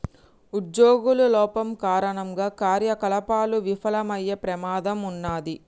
ఉజ్జోగుల లోపం కారణంగా కార్యకలాపాలు విఫలమయ్యే ప్రమాదం ఉన్నాది